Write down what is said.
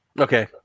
Okay